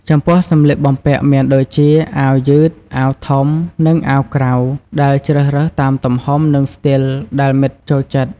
ចំពោះសម្លៀកបំពាក់ មានដូចជា អាវយឺត អាវធំ និងអាវក្រៅ ដែលជ្រើសរើសតាមទំហំ និងស្ទីលដែលមិត្តចូលចិត្ត។